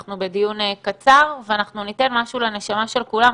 אנחנו בדיון קצר ואנחנו ניתן משהו לנשמה של כולם.